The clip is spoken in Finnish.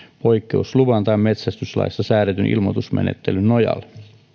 poikkeusluvan tai metsästyslaissa säädetyn ilmoitusmenettelyn nojalla